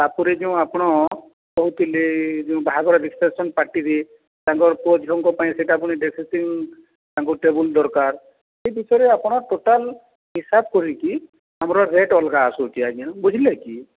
ତାପରେ ଯେଉଁ ଆପଣ କହୁଥିଲେ ଯେଉଁ ବାହାଘର ରିସେପସନ୍ ପାର୍ଟିରେ ତାଙ୍କର ପୁଅଝିଅଙ୍କ ପାଇଁ ସେଇଟା ପୁଣି ତାଙ୍କୁ ଟେବଲ୍ ଦରକାର ଏହି ବିଷୟରେ ଆପଣ ଟୋଟାଲ୍ ହିସାବ କରିକି ଆମର ରେଟ୍ ଅଲଗା ଆସୁଛି ଆଜ୍ଞା ବୁଝିଲେ କି